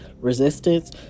resistance